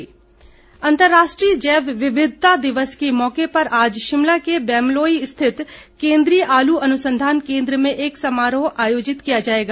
जैव विविधता अंतर्राष्ट्रीय जैव विविधता दिवस के मौके पर आज शिमला के बैमलोई स्थित केन्द्रीय आलू अनुसंधान कोन्द्र में एक समारोह आयोजित किया जाएगा